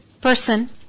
person